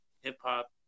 hip-hop